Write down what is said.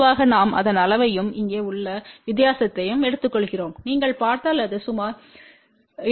பொதுவாக நாம் அதன் அளவையும் இங்கே உள்ள வித்தியாசத்தையும் எடுத்துக்கொள்கிறோம் நீங்கள் பார்த்தால் அது சுமார் 2